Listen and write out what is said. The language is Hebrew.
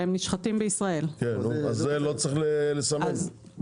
זה לא צריך לסמן?